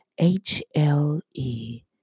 HLE